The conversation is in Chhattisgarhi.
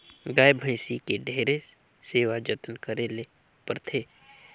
गाय, भइसी के ढेरे सेवा जतन करे ले परथे